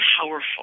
powerful